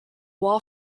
wall